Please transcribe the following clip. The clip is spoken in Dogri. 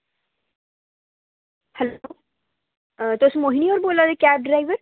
हैलो तुस मोहिनी होर बोल्ला दे कैब ड्राईवर